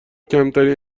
کمترین